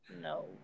No